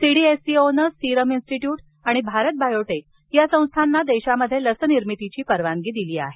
सीडीएससीओनं serum institute आणि Bharat biotech या संस्थांना देशात लसनिर्मितीची परवानगी दिली आहे